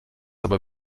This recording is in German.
aber